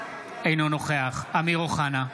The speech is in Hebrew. אינו נוכח אמיר אוחנה,